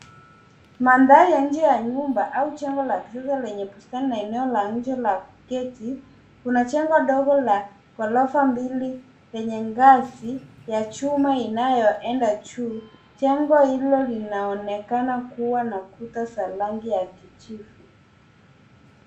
Mandhari ya nje ya nyumba au jengo la kisasa lenye bustani na eneo la nje la kuketi. Kuna jengo ndogo la ghorofa mbili yenye ngazi ya chuma inayoenda juu. Jengo hilo linaonekana kuwa na kuta za rangi ya kijivu.